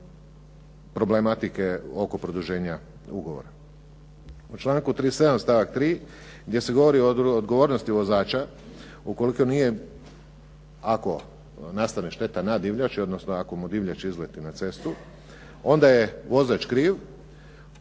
U članku 37. stavak 3. gdje se govori o odgovornosti vozača ukoliko nije, ako nastane šteta na divljači, odnosno ako mu divljač izleti na cestu, onda je vozač kriv